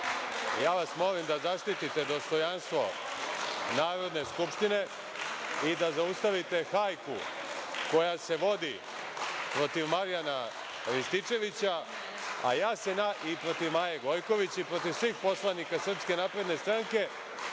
ja vas molim da zaštite dostojanstvo Narodne skupštine i da zaustavite hajku koja se vodi protiv Marjana Rističevića i protiv Maje Gojković i protiv svih poslanika SNS, a ja se